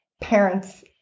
parents